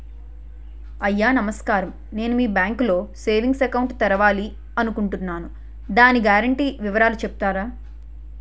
అయ్యా నమస్కారం నేను మీ బ్యాంక్ లో సేవింగ్స్ అకౌంట్ తెరవాలి అనుకుంటున్నాను దాని గ్యారంటీ వివరాలు చెప్తారా?